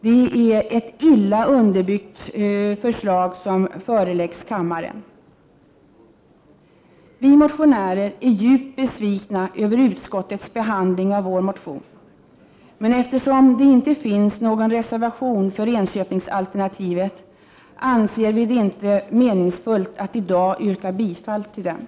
Det är ett illa underbyggt förslag som förelagts kammaren. Vi motionärer är djupt besvikna över utskottets behandling av vår motion, men eftersom det inte finns någon reservation för Enköpingsalternativet anser vi inte att det är meningsfullt att i dag yrka bifall till motionen.